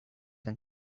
and